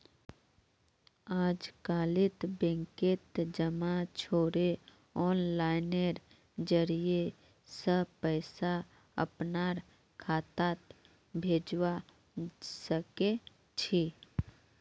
अजकालित बैंकत जबा छोरे आनलाइनेर जरिय स पैसा अपनार खातात भेजवा सके छी